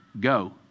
go